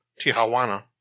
Tijuana